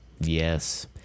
Yes